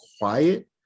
quiet